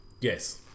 Yes